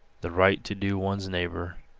the right to do one's neighbor,